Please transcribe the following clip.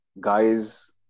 guys